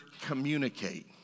communicate